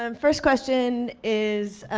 um first question is